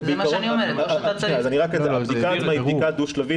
הבדיקה עצמה היא בדיקה דו שלבית.